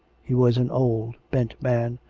he was an old, bent man,